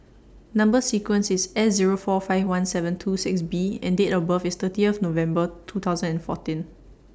Number sequence IS S Zero four five one seven two six B and Date of birth IS thirty of November two thousand and fourteen